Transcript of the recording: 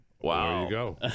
Wow